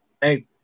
Hey